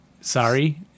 Sorry